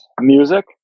music